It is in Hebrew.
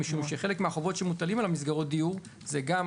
משום שחלק מהחובות שמוטלים על מסגרות הדיור זה גם